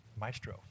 maestro